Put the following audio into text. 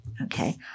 okay